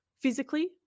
physically